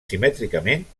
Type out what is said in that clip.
simètricament